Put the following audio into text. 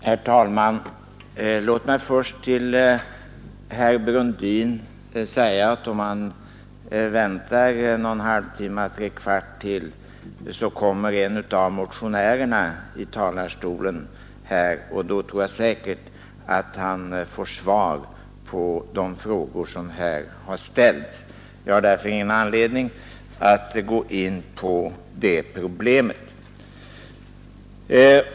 Herr talman! Om herr Brundin väntar någon halvtimme eller trekvart så kommer en av motionärerna upp i talarstolen, och då tror jag att herr Brundin får svar på de frågor han har ställt. Jag har därför ingen anledning att gå in på de problem som han tog upp.